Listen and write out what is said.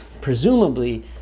presumably